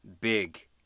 big